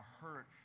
hurt